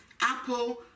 Apple